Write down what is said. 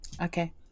Okay